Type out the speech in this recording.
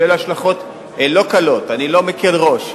שיהיו לה השלכות לא קלות, אני לא מקל ראש,